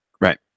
right